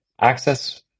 access